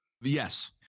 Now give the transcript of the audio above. Yes